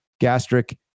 gastric